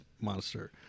monster